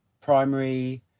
primary